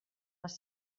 les